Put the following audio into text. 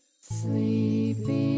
Sleepy